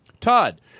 Todd